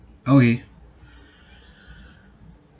okay